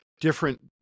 different